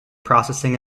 processing